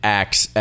acts